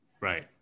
Right